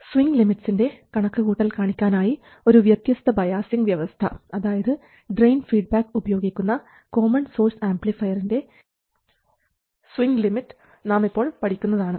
swing ലിമിറ്റ്സിൻറെ കണക്കുകൂട്ടൽ കാണിക്കാനായി ഒരു വ്യത്യസ്ത ബയാസിംഗ് വ്യവസ്ഥ അതായത് ഡ്രെയിൻ ഫീഡ്ബാക്ക് ഉപയോഗിക്കുന്ന കോമൺ സോഴ്സ് ആംപ്ലിഫയറിൻറെ സ്വിംഗ് ലിമിറ്റ് നമ്മൾ ഇപ്പോൾ പഠിക്കുന്നതാണ്